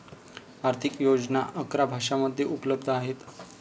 आर्थिक योजना अकरा भाषांमध्ये उपलब्ध आहेत